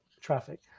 traffic